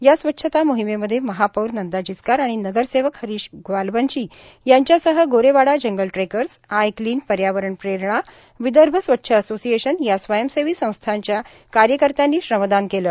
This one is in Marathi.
या स्वच्छता मोहिमेमध्ये महापौर नंदा जिचकार आणि नगरसेवक हरिश ग्वालबंशी यांच्यासह Gorewada Jungle trekkers I clean पर्यावरण प्रेरणा विदर्भ स्वच्छ असोसिएशन या स्वयंसेवी संस्थेच्या कार्यकर्त्यांनी श्रमदान केले